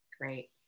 Great